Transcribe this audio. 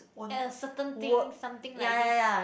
at a certain thing something like this